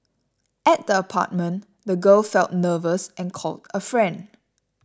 at the apartment the girl felt nervous and called a friend